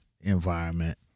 environment